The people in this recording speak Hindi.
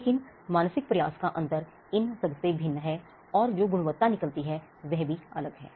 लेकिन मानसिक प्रयास का अन्तर इन सबसे भिन्न है और जो गुणवत्ता निकलती है वह भी अलग है